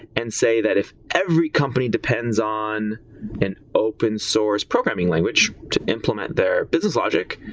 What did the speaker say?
and say that if every company depends on an open source programming language to implement their business logic,